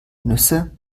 nüsse